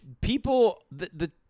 people—the—